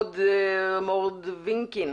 מורדבינקין,